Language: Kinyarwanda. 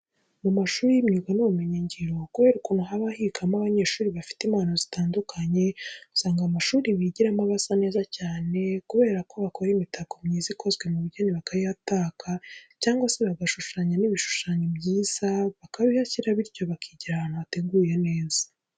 Mu mashuri y'imyuga n'ubumenyingiro kubera ukuntu haba higamo abanyeshuri bafite impano zitandukanye, usanga amashuri bigiramo aba asa neza cyane kubera ko bakora imitako myiza ikozwe mu bugeni bakayihataka cyangwa se bagashushanya n'ibishushanyo byiza bakabihashyira bityo bakigira ahantu hateguye neza.